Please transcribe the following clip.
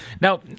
Now